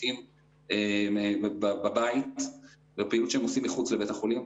לפי מצב החולים,